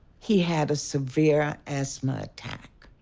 he had a severe asthma attack.